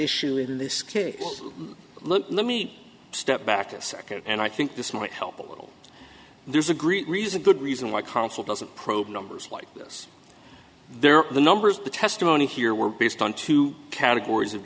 issue in this case look let me step back a second and i think this might help will there's a great reason good reason why counsel doesn't probe numbers like this there are the numbers the testimony here were based on two categories of